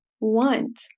want